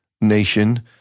nation